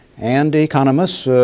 and economists,